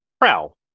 Prowl